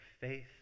faith